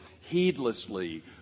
heedlessly